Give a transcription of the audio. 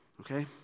Okay